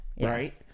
Right